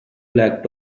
black